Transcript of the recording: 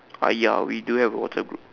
ah ya we do have a WhatsApp group